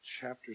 chapter